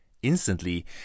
Instantly